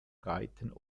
reiten